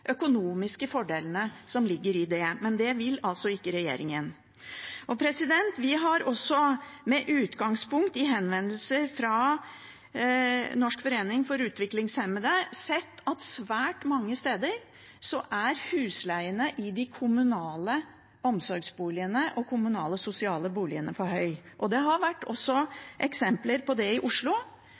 økonomiske fordelene som ligger i det. Men det vil altså ikke regjeringen. Vi har også med utgangspunkt i henvendelser fra Norsk forbund for utviklingshemmede sett at svært mange steder er husleiene i de kommunale omsorgsboligene og kommunale sosiale boligene for høy. Det har også vært eksempler på det i Oslo